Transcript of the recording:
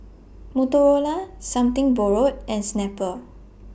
Motorola Something Borrowed and Snapple